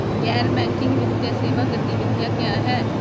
गैर बैंकिंग वित्तीय सेवा गतिविधियाँ क्या हैं?